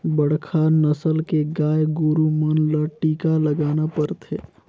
बड़खा नसल के गाय गोरु मन ल टीका लगाना परथे